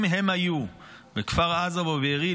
אם הם היו בכפר עזה או בבארי,